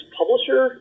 publisher